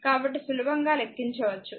కాబట్టి సులభంగా లెక్కించవచ్చు